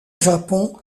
japon